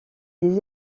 des